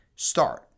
Start